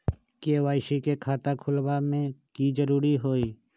KYC के खाता खुलवा में की जरूरी होई?